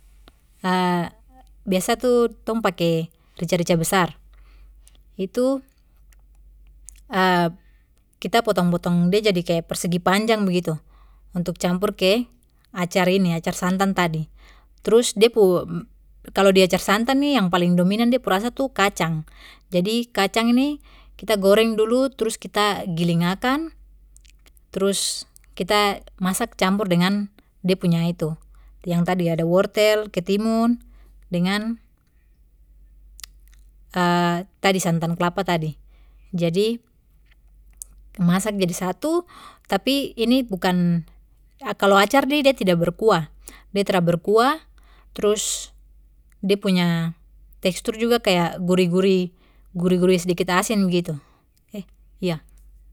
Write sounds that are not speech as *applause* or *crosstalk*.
*hesitation* biasa tun tong pake rica rica besar, itu *hesitation* kita potong potong de jadi kaya persegi panjang begitu untuk campur ke acar ini acar santan tadi terus de pu kalo di acar santan ni yang paling dominan de pu rasa tu kacang jadi kacang ini kita goreng dulu trus kita giling akan trus kita masak campur dengan de punya itu yang tadi ada wortel, ketimun dengan *hesitation* tadi santan kelapa tadi jadi masak jadi satu tapi ini bukan kalo acaranya ni de tidak berkuah de tra berkuah trus de punya tekstur juga kaya gurih gurih, gurih gurih sdikit asin begitu *hesitation* iyo.